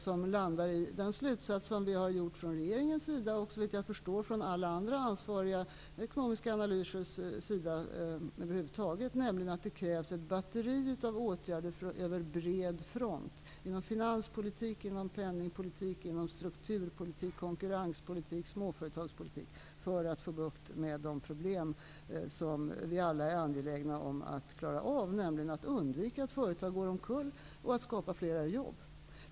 Den har dragit den slutsats som vi från regeringens sida också har dragit och som också, såvitt jag förstår, dragits i även alla andra ekonomiska analyser över huvud taget, nämligen att det krävs ett batteri av åtgärder över bred front -- inom finanspolitik, penningpolitik, strukturpolitik, konkurrenspolitik, småföretagspolitik -- för att få bukt på de problem som vi alla är angelägna om att klara av: att undvika att företag går omkull och att skapa fler jobb.